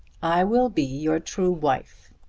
i will be your true wife.